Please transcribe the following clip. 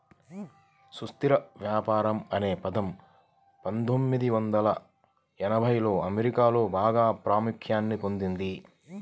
సుస్థిర వ్యవసాయం అనే పదం పందొమ్మిది వందల ఎనభైలలో అమెరికాలో బాగా ప్రాముఖ్యాన్ని పొందింది